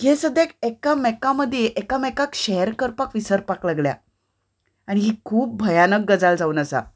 हें सद्द्यां एकामेका मदीं एकामेकाक शेअर करपाक विसरपाक लागल्या आनी ही खूब भंयानक गजाल जावन आसा